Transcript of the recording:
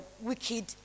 wicked